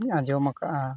ᱟᱸᱡᱚᱢ ᱟᱠᱟᱜᱼᱟ